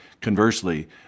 Conversely